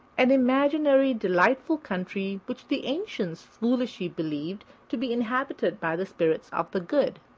an imaginary delightful country which the ancients foolishly believed to be inhabited by the spirits of the good.